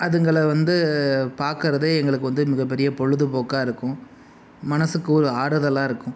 அதுங்களை வந்து பாக்கறதே எங்களுக்கு வந்து மிகப்பெரிய பொழுப்போக்காக இருக்கும் மனசுக்கு ஒரு ஆறுதலாக இருக்கும்